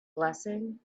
blessing